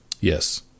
Yes